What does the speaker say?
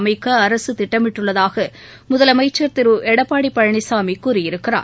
அமைக்க அரசு திட்டமிட்டுள்ளதாக முதலமைச்சா் திரு எடப்பாடி பழனிசாமி கூறியிருக்கிறார்